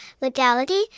legality